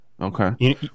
Okay